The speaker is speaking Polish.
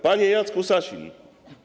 Panie Jacku Sasin!